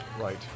Right